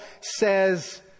says